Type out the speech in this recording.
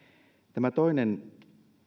tämä toinen